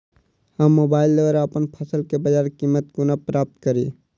हम मोबाइल द्वारा अप्पन फसल केँ बजार कीमत कोना प्राप्त कड़ी?